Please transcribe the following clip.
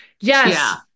Yes